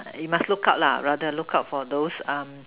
you must look out lah rather look out for those um